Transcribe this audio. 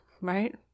right